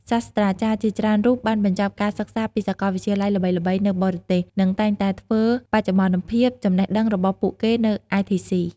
សាស្ត្រាចារ្យជាច្រើនរូបបានបញ្ចប់ការសិក្សាពីសាកលវិទ្យាល័យល្បីៗនៅបរទេស និងតែងតែធ្វើបច្ចុប្បន្នភាពចំណេះដឹងរបស់ពួកគេនៅITC។